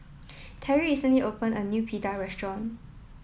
Terrie recently opened a new Pita Restaurant